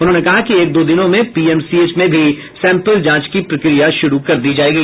उन्होने कहा कि एक दो दिनों में पीएमसीएच में भी सैंपल जांच की प्रक्रिया शुरू कर दी जाएगी